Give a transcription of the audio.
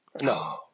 No